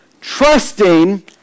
Trusting